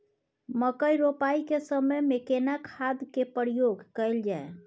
मकई रोपाई के समय में केना खाद के प्रयोग कैल जाय?